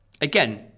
again